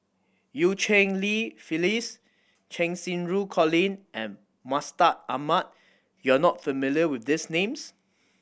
Eu Cheng Li Phyllis Cheng Xinru Colin and Mustaq Ahmad you are not familiar with these names